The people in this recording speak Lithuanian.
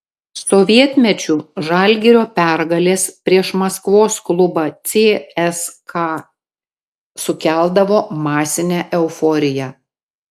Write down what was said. sovietmečiu žalgirio pergalės prieš maskvos klubą cska sukeldavo masinę euforiją